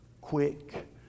quick